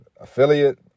affiliate